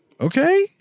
Okay